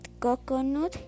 coconut